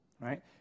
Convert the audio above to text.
right